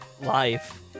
life